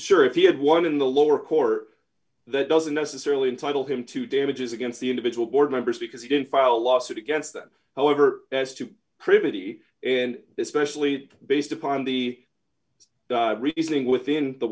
sure if he had won in the lower court that doesn't necessarily entitle him to damages against the individual board members because he didn't file a lawsuit against them however as to privity and especially based upon the reasoning within the